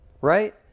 right